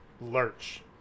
Lurch